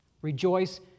rejoice